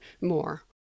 more